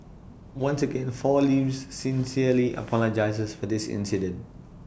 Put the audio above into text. once again four leaves sincerely apologises for this incident